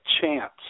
chance